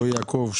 רועי יעקב,